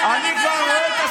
לזה?